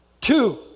Two